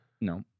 No